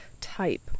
type